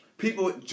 People